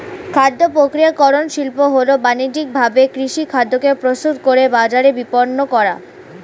খাদ্যপ্রক্রিয়াকরণ শিল্প হল বানিজ্যিকভাবে কৃষিখাদ্যকে প্রস্তুত করে বাজারে বিপণন করা